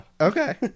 okay